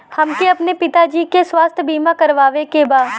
हमके अपने पिता जी के स्वास्थ्य बीमा करवावे के बा?